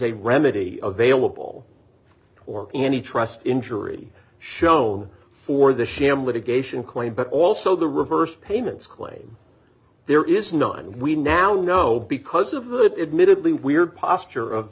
a remedy available or any trust injury shown for the sham litigation claim but also the reversed payments claim there is none we now know because of that admittedly weird posture of